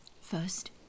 First